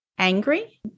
angry